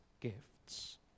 gifts